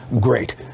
great